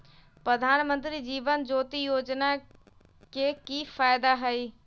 प्रधानमंत्री जीवन ज्योति योजना के की फायदा हई?